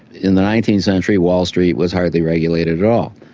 in the nineteenth century wall street was hardly regulated at all,